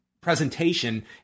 presentation